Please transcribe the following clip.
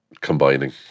combining